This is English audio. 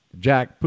Jack